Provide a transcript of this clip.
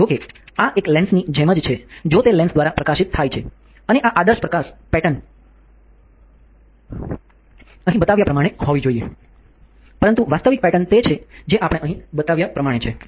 જો કે આ એક લેન્સની જેમ જ છે જો તે લેન્સ દ્વારા પ્રકાશિત થાય છે અને આદર્શ પ્રકાશ પેટર્ન અહીં બતાવ્યા પ્રમાણે હોવી જોઈએ પરંતુ વાસ્તવિક પેટર્ન તે છે જે આપણે અહીં બતાવ્યા પ્રમાણે છે